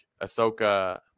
Ahsoka